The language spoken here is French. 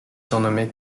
surnommée